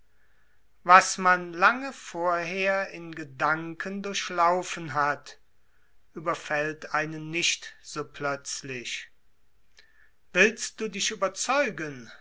was man lange vorher durchlaufen hat überfällt einen nicht so plötzlich willst du dich überzeugen